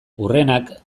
hurrenak